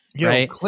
right